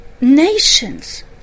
nations